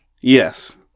Yes